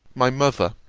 my mother,